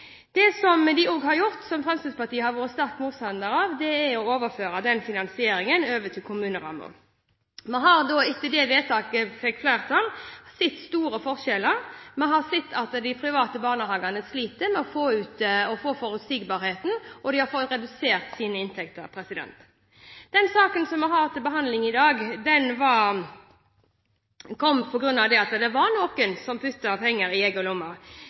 pst. Det de har gjort, og som Fremskrittspartiet har vært motstander av, er å overføre den finansieringen til kommunerammer. Vi har etter det vedtaket sett store forskjeller: Vi har sett at de private barnehagene sliter med å få forutsigbarhet, og de har fått redusert sine inntekter. Den saken som vi har til behandling i dag, kom på grunn av at det var noen som puttet penger i